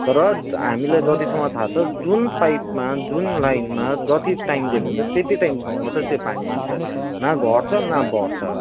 तर हामीलाई जतिसम्म था छ जुन पाइपमा जुन लाइनमा जति टाइम दिएको हुन्छ त्यति टाइमसम्म मात्रै त्यो पानी हुन्छ न घट्छ न बढ्छ